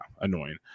annoying